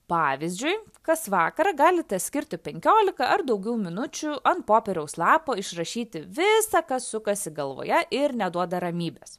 pavyzdžiui kas vakarą galite skirti penkioliką ar daugiau minučių ant popieriaus lapo išrašyti visą kas sukasi galvoje ir neduoda ramybės